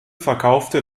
verkaufte